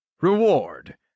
Reward